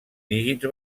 dígits